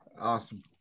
Awesome